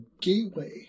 gateway